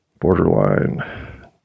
borderline